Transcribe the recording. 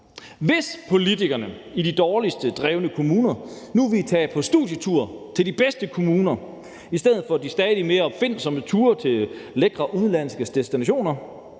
Hvis politikerne i de dårligst drevne kommuner nu vil tage på studietur til de bedste kommuner i stedet for de stadig mere opfindsomme ture til lækre udenlandske destinationer,